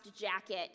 jacket